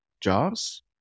jobs